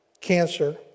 cancer